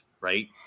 right